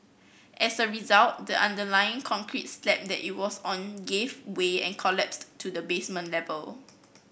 as a result the underlying concrete slab that it was on gave way and collapsed to the basement level